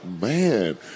man